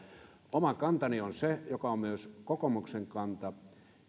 oma kantani on myös kokoomuksen kanta